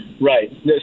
Right